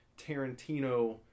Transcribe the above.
Tarantino